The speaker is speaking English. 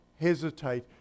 hesitate